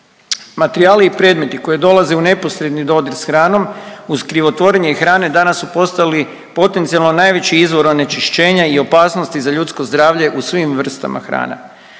Materijali i predmeti koji dolaze u neposredni dodir s hranom uz krivotvorenje hrane danas su postali potencijalno najveći izvor onečišćenja i opasnosti za ljudsko zdravlje u svim vrstama hrane.